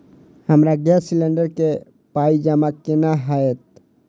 हमरा gas cylinder केँ पाई जमा केना हएत?